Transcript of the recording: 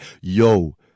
yo